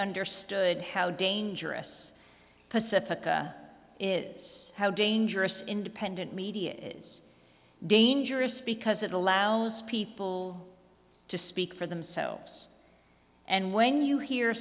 understood how dangerous pacifica is how dangerous independent media is dangerous because it allows people to speak for themselves and when you hear